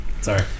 Sorry